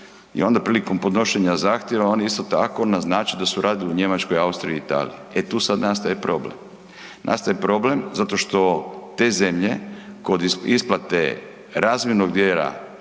i onda prilikom podnošenja zahtjeva, oni isto tako naznače da su radili u Njemačkoj, Austriji, Italiji. E tu sad nastaje problem, nastaje problem zato što te zemlje kod isplate razmjernog djela